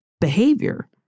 behavior